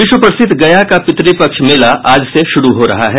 विश्व प्रसिद्ध गया का पितृपक्ष मेला आज से शुरू हो रहा है